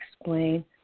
explain